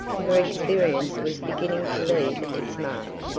her experience was beginning to leave its mark.